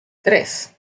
tres